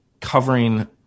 covering